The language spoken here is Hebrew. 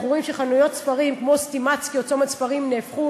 אנחנו רואים שחנויות ספרים כמו "סטימצקי" או "צומת ספרים" נהפכו